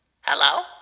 Hello